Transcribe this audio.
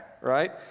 right